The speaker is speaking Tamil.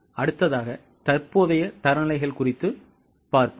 அடுத்ததாக தற்போதைய தரநிலைகள் குறித்து பார்ப்போம்